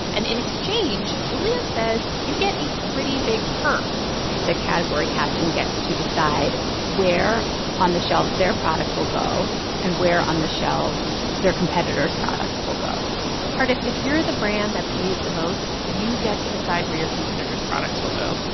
and in exchange, julia says you get a pretty big perk the category captain gets to decide where on the shelves their product will go and where on the shelves their competitors' products will go cart cardiff, if you're the brand that pays the most, you get to decide where your competitors' products will go.